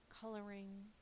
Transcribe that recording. coloring